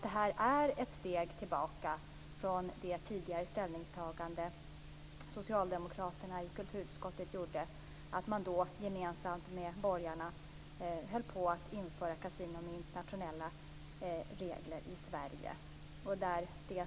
Detta är ett steg tillbaka från det tidigare ställningstagande som socialdemokraterna i kulturutskottet gjorde, nämligen då de gemensamt med borgarna höll på att införa kasinon med internationella regler i Sverige.